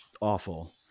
awful